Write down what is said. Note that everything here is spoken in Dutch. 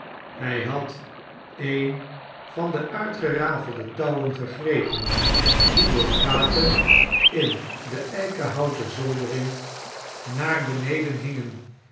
hij had een van de uitgerafelde touwen gegrepen die door gaten in de eikenhouten zoldering naar beneden hingen